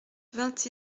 vingt